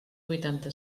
vuitanta